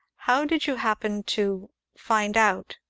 how did you happen to find out?